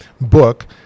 book